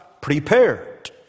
prepared